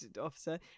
officer